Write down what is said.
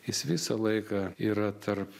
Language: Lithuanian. jis visą laiką yra tarp